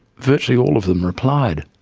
virtually all of them replied,